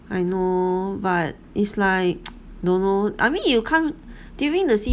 I know but it's like don't know I mean you can't during the